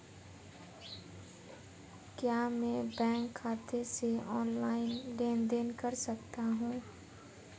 क्या मैं बैंक खाते से ऑनलाइन लेनदेन कर सकता हूं?